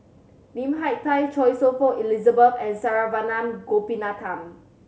Lim Hak Tai Choy Su Moi Elizabeth and Saravanan Gopinathan